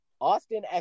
Austin